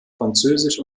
französisch